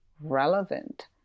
relevant